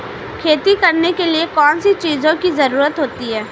खेती करने के लिए कौनसी चीज़ों की ज़रूरत होती हैं?